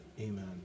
Amen